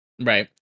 Right